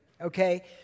okay